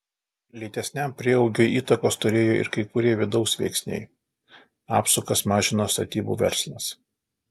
lėtesniam prieaugiui įtakos turėjo ir kai kurie vidaus veiksniai apsukas mažino statybų verslas